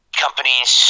companies